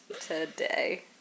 today